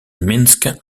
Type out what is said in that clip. minsk